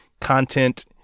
content